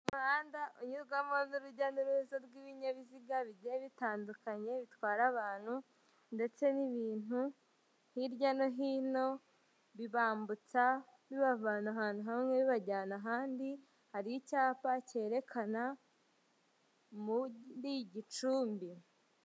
Umuhanda unyurwamo n'urujya n'uruza rw'ibinyabiziga bigiye bitandukanye bitwara abantu ndetse n'ibintu hirya no hino bibambutsa bibavana ahantu hamwe bibajyana ahandi, hari icyapa cyerekana muri Gicumbi.